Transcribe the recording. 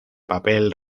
papel